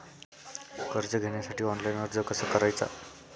कर्ज घेण्यासाठी ऑनलाइन अर्ज कसा करायचा?